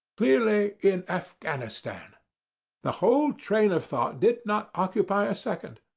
clearly in afghanistan the whole train of thought did not occupy a second.